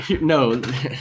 no